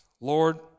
Lord